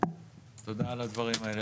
תודה על הדברים האלה.